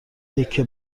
تکه